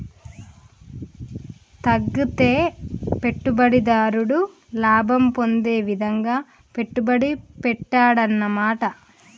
తగ్గితే పెట్టుబడిదారుడు లాభం పొందే విధంగా పెట్టుబడి పెట్టాడన్నమాట